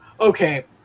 okay